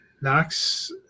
Knox